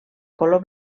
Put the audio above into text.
color